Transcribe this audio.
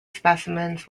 specimens